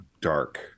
dark